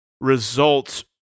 results